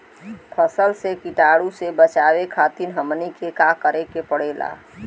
फसल के कीटाणु से बचावे खातिर हमनी के का करे के पड़ेला?